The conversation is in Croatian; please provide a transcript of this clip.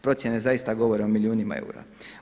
Procjene zaista govore o milijunima eura.